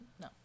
no